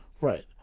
Right